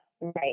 Right